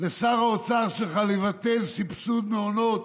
לשר האוצר שלך לבטל סבסוד מעונות